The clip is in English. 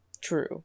True